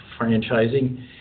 franchising